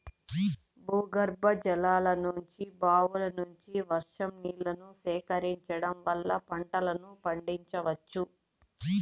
భూగర్భజలాల నుంచి, బావుల నుంచి, వర్షం నీళ్ళను సేకరించడం వల్ల పంటలను పండించవచ్చు